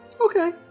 Okay